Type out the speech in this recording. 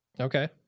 Okay